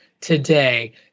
today